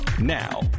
Now